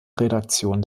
redaktion